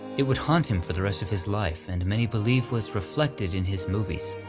it would haunt him for the rest of his life, and many believe was reflected in his movies,